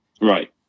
right